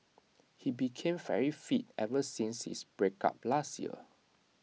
he became very fit ever since his breakup last year